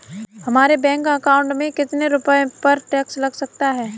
हमारे bank account में कितने रुपये पर टैक्स लग सकता है?